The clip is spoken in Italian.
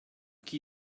chi